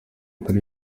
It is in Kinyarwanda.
kuri